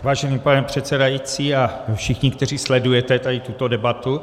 Vážený pane předsedající a všichni, kteří sledujete tady tuto debatu.